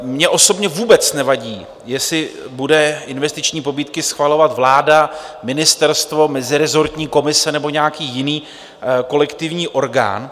Mně osobně vůbec nevadí, jestli bude investiční pobídky schvalovat vláda, ministerstvo, mezirezortní komise nebo nějaký jiný kolektivní orgán.